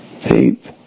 peep